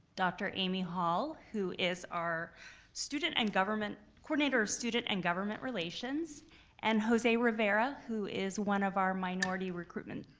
dr. amy hall, who is our student and government, coordinator of student and government relations, and jose rivera, who is one of our minority recruitment,